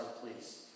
please